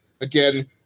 again